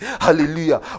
Hallelujah